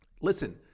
listen